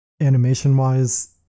animation-wise